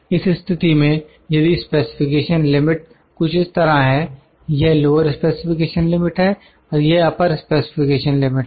इस स्थिति में यदि स्पेसिफिकेशन लिमिट कुछ इस तरह है यह लोअर स्पेसिफिकेशन लिमिट है यह अपर स्पेसिफिकेशन लिमिट है